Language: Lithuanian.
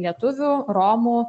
lietuvių romų